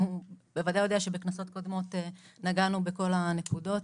הוא בוודאי יודע שבכנסות קודמות נגענו בכל הנקודות,